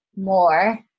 more